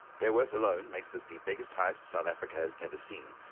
their worth alone makes this the biggest heist south africa has ever seen.